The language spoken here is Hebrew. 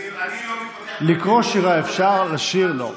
אני לא מתווכח, לקרוא שירה אפשר, לשיר לא.